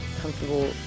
comfortable